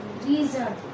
reason